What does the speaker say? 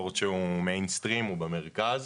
ספורט שהוא מיינסטרים, הוא במרכז.